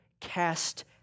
cast